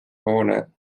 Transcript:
hoone